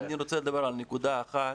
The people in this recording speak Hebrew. אני רוצה לדבר על נקודה אחת.